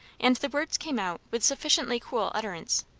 and the words came out with sufficiently cool utterance.